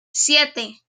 siete